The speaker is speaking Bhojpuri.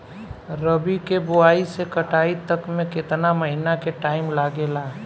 रबी के बोआइ से कटाई तक मे केतना महिना के टाइम लागेला?